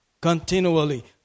Continually